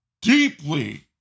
deeply